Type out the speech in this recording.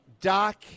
doc